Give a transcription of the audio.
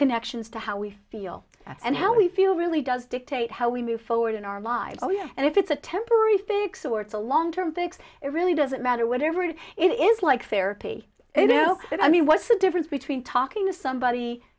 connections to how we feel and how we feel really does dictate how we move forward in our lives oh yeah and if it's a temporary fix or it's a long term fix it really doesn't matter whatever it is like therapy and i know that i mean what's the difference between talking to somebody